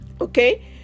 okay